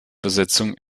besetzung